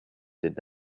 did